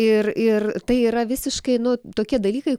ir ir tai yra visiškai nu tokie dalykai